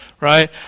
Right